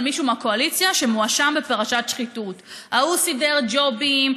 מישהו מהקואליציה שמואשם בפרשת שחיתות: ההוא סידר ג'ובים,